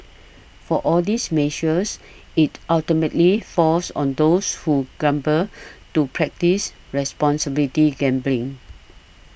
for all these measures it ultimately falls on those who gamble to practise responsible gambling